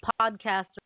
podcasters